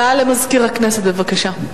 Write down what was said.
הודעה למזכיר הכנסת, בבקשה.